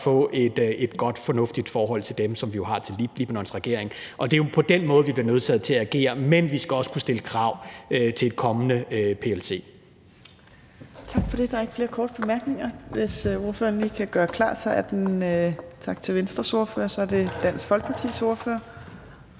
få et godt, fornuftigt forhold til dem, som vi har til Libanons regering. Det er jo på den måde, vi bliver nødsaget til at agere. Men vi skal også kunne stille krav til et kommende PLC